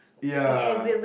yeah